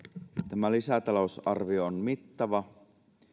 tämä lisätalousarvio on mittava